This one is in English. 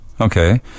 Okay